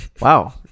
Wow